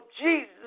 Jesus